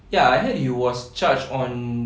ya I heard he was charged on